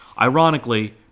Ironically